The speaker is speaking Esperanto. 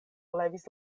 levis